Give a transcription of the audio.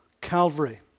Calvary